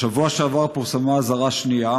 בשבוע שעבר פורסמה אזהרה שנייה,